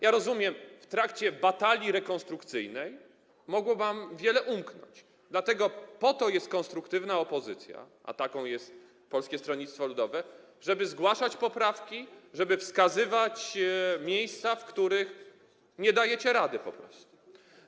Ja rozumiem, w trakcie batalii rekonstrukcyjnej mogło wam wiele umknąć, dlatego po to jest konstruktywna opozycja, a taką jest Polskie Stronnictwo Ludowe, żeby zgłaszać poprawki, żeby wskazywać miejsca, w których nie dajecie po prostu rady.